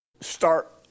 start